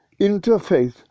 interfaith